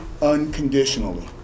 unconditionally